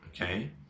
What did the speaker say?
okay